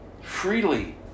Freely